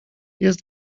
jest